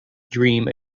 dream